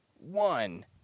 one